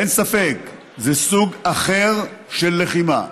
אין ספק, זה סוג אחר של לחימה.